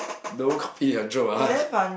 no copy a joke ah